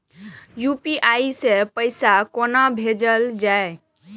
UPI सै पैसा कोना भैजल जाय?